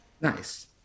Nice